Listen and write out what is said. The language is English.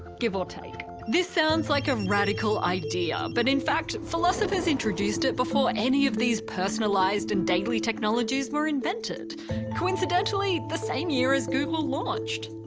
give or take. this sounds like a radical idea but in fact philosophers introduced it before any of these personalised and daily technologies were invented coincidentally the same year as google launched.